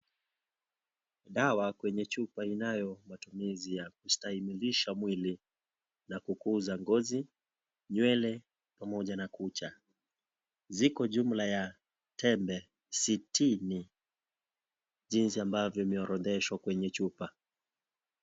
Dawa kwenye chupa inayo matumizi ya kustahimilisha mwili na kukuza ngozi, nywele pomoja na kucha. Ziko jumla ya tembe sitini jinzi mbavyo imeorodeshwa kwa chupa.